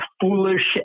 foolish